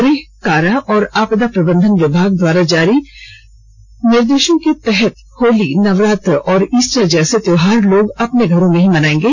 गृह कारा और आपदा प्रबंधन विभाग द्वारा जारी किए गए आदेश के तहत होली नवरात्र और ईस्टर जैसे त्योहार लोग अपने घरों में ही मनाएंगे